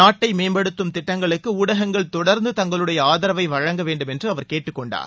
நாட்டை மேம்படுத்தும் திட்டங்களுக்கு ஊடகங்கள் தொடர்ந்து தங்களுடைய ஆதரவை வழங்க வேண்டும் என்று அவர் கேட்டுக்கொண்டார்